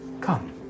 Come